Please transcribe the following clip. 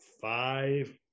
five